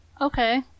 okay